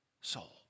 soul